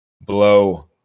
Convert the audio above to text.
blow